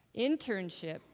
internship